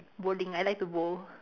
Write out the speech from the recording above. bowling I like to bowl